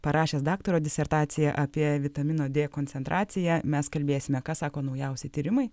parašęs daktaro disertaciją apie vitamino dė koncentraciją mes kalbėsime ką sako naujausi tyrimai